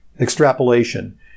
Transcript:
extrapolation